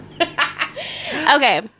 Okay